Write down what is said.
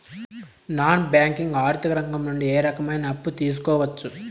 Non banking ఆర్థిక రంగం నుండి ఏ రకమైన అప్పు తీసుకోవచ్చు?